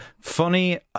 funny